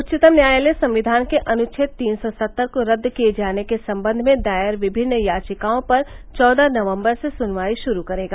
उच्चतम न्यायालय संविधान के अनुच्छेद तीन सौ सत्तर को रद्द किये जाने के संबंध में दायर विभिन्न याचिकाओं पर चौदह नवम्बर से सुनवाई शुरू करेगा